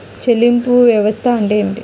చెల్లింపు వ్యవస్థ అంటే ఏమిటి?